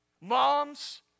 Moms